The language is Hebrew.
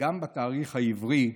גם בתאריך העברי,